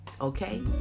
Okay